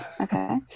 okay